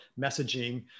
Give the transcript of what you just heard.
messaging